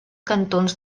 cantons